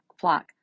flock